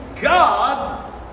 God